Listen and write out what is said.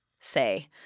say